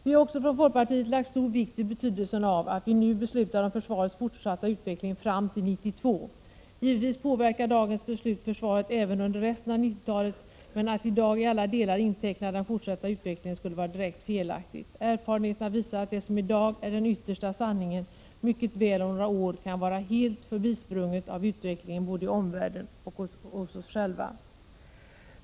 Vi har också från folkpartiet lagt stor vikt vid betydelsen av att vi nu beslutar om försvarets fortsatta utveckling fram till 1992. Givetvis påverkar dagens beslut försvaret även under resten av 90-talet, men att i dag i alla delar inteckna den fortsatta utvecklingen skulle vara direkt felaktigt. Erfarenheterna visar att det som i dag är den yttersta sanningen om några år mycket väl kan vara helt förbisprunget av utvecklingen både i omvärlden och hos oss själva.